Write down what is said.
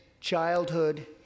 childhood